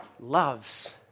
loves